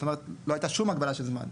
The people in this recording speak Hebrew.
זאת אומרת, לא הייתה שום הגבלה של זמן.